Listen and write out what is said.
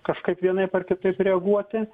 kažkaip vienaip ar kitaip reaguoti